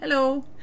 Hello